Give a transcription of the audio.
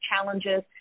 challenges